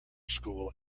school